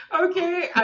okay